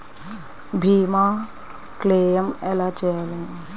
భీమ క్లెయిం ఎలా చేయాలి?